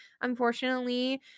unfortunately